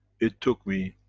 it took me